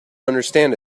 understand